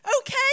okay